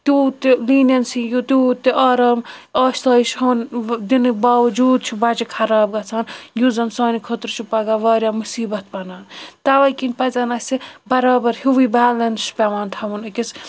تیوٗت تہِ لینینسی تیوٗت تہِ آرام آسٲیش ہُن دِنہٕ باوَجوٗد چھُ بَچہِ خراب گژھان یُس زَن سانہِ خٲطرٕ چھُ پَگہِ واریاہ مُصیبت بَنان تَواے کِنۍ پَزن اسہِ برابر ہوٕے بیلَنس چھُ پیٚوان تھَوُن أکِس